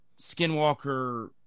skinwalker